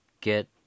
get